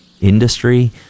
industry